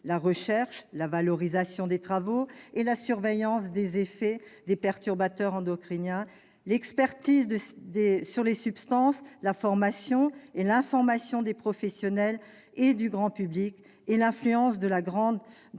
la recherche, la valorisation des travaux et la surveillance des effets des perturbateurs endocriniens ; l'expertise sur les substances ; la formation et l'information des professionnels et du grand public ; l'influence que la France